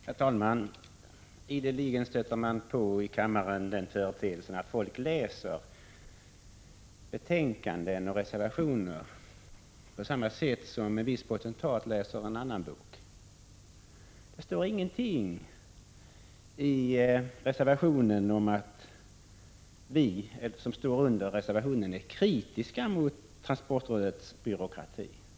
Herr talman! Ideligen stöter man i kammaren på den företeelsen att folk läser betänkanden och reservationer på samma sätt som en viss potentat läser en annan bok. Det står ingenting i reservationen om att vi reservanter är kritiska mot transportrådets byråkrati.